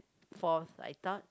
force light up